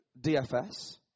DFS